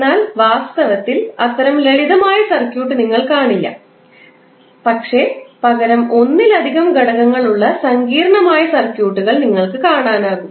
എന്നാൽ വാസ്തവത്തിൽ അത്തരം ലളിതമായ സർക്യൂട്ട്കൾ നിങ്ങൾ കാണില്ല പകരം ഒന്നിലധികം ഘടകങ്ങളുള്ള സങ്കീർണ്ണമായ സർക്യൂട്ട്കൾ നിങ്ങൾക്ക് കാണാനാകും